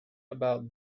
about